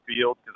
field